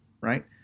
right